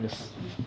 看什么